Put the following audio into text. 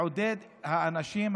לעודד את האנשים,